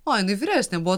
o jinai vyresnė buvo